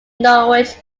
norwich